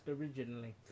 originally